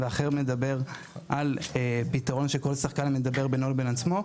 והאחר מדבר על פתרון שכל שחקן מדבר בינו לבין עצמו,